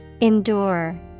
Endure